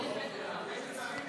צו מינהלי.